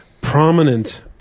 Prominent